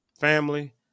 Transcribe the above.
family